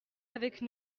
avec